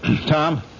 Tom